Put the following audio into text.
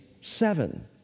seven